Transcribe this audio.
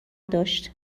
داشت